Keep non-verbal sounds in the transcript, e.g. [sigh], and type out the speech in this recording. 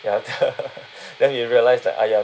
ya [laughs] then we realise that !aiya!